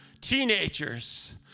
teenagers